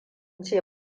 ce